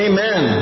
Amen